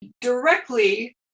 directly